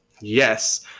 Yes